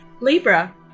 Libra